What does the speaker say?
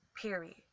period